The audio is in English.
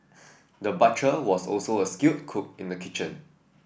the butcher was also a skilled cook in the kitchen